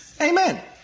Amen